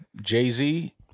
Jay-Z